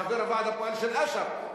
כחבר הוועד הפועל של אש"ף.